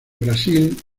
brasil